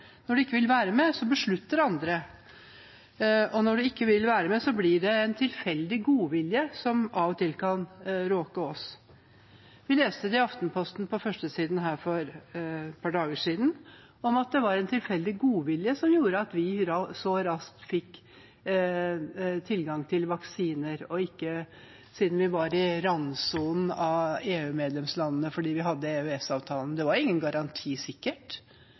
Når vi ikke vil være med, fatter andre beslutningene. Når man ikke vil være med, blir det en tilfeldig godvilje som av og til kan råke oss. Jeg leste på førstesiden i Aftenposten for et par dager siden at det var en tilfeldig godvilje som gjorde at vi så raskt fikk tilgang til vaksiner, siden vi var i randsonen av EU-medlemslandene fordi vi hadde EØS-avtalen. Det var ingen garanti.